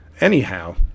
anyhow